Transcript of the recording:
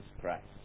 Christ